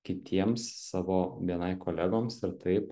kitiems savo bni kolegoms ir taip